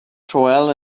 joel